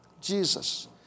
Jesus